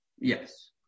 Yes